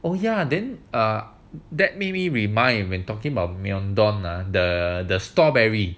oh ya then ah that maybe remind you when talking about myeondong ah the strawberry